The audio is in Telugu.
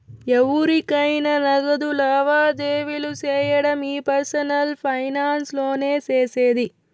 ఎవురికైనా నగదు లావాదేవీలు సేయడం ఈ పర్సనల్ ఫైనాన్స్ లోనే సేసేది